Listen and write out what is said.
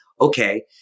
okay